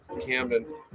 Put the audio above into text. camden